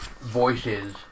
voices